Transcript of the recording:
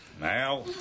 Now